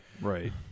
Right